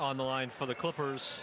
on the line for the clippers